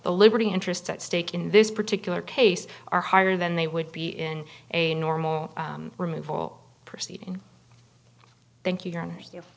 the liberty interest at stake in this particular case are higher than they would be in a normal removal proceeding